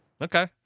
Okay